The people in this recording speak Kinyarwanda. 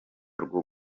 rwo